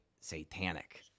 satanic